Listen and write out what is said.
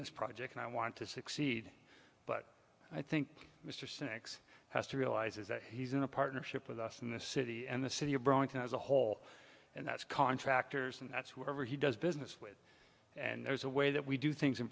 this project and i want to succeed but i think mr cynics has to realize is that he's in a partnership with us in the city and the city of burlington as a whole and that's contractors and that's whoever he does business with and there's a way that we do things in